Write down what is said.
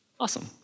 Awesome